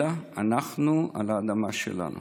אלא אנחנו, על האדמה שלנו.